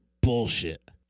bullshit